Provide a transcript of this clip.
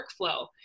workflow